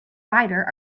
rider